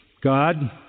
God